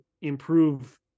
improve